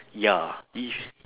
ya if